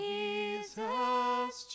Jesus